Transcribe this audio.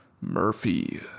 Murphy